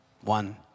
One